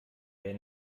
wer